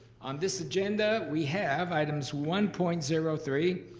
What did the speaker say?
on this agenda we have items one point zero three,